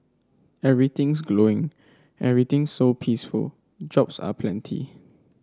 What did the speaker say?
everything's glowing everything's so peaceful jobs are plenty